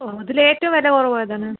ഓ അതിൽ ഏറ്റവും വില കുറവ് ഏത് ആണ്